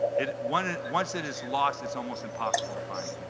it won once it is lost it's almost impossible to find